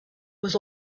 was